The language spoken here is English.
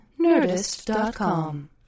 Nerdist.com